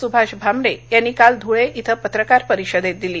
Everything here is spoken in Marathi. स्भाष भामरे यांनी काल ध्ळे इथं पत्रकार परिषदेत दिली